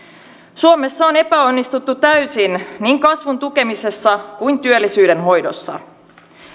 suomessa on epäonnistuttu täysin niin kasvun tukemisessa kuin työllisyyden hoidossa